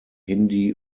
hindi